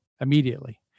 Immediately